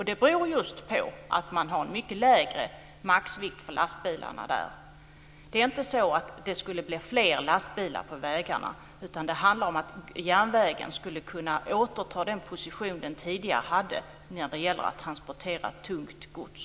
Det beror just på att man där har en mycket lägre maxvikt på lastbilarna. Det är inte så att det skulle bli fler lastbilar på vägarna. Det handlar om att järnvägen skulle kunna återta den position den tidigare hade när det gäller att transportera tungt gods.